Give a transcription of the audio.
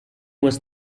was